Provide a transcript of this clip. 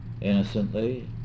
innocently